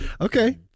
Okay